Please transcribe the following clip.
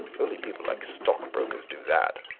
only people like stock-brokers do that,